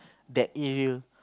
that area